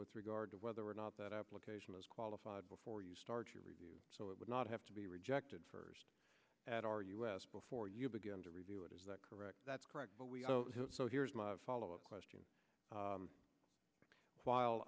with regard to whether or not that application is qualified before you start your review so it would not have to be rejected at r us before you begin to review it is that correct that's correct so here's my follow up question